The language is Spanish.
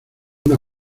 una